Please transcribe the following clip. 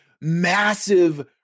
massive